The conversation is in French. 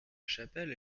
chapelle